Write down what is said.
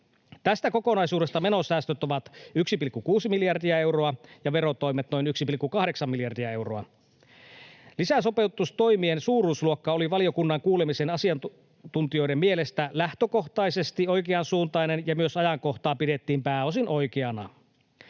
Tästä kokonaisuudesta menosäästöt ovat 1,6 miljardia euroa ja verotoimet noin 1,8 miljardia euroa. Lisäsopeutustoimien suuruusluokka oli valiokunnan kuulemien asiantuntijoiden mielestä lähtökohtaisesti oikean suuntainen, ja myös ajankohtaa pidettiin pääosin oikeana.